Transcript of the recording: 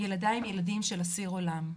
ילדי הם ילדים של אסיר עולם.